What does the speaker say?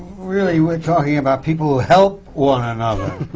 really, we're talking about people who help one another,